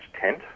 tent